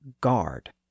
guard